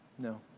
No